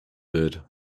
wird